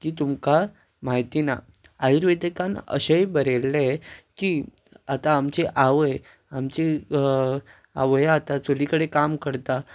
ती तुमकां म्हायती ना आयुर्वेदिकान अशेंय बरयल्लें की आतां आमची आवय आमची आवय आतां चुली कडेन काम करता